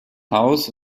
haus